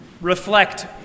reflect